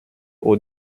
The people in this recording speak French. aux